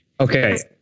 Okay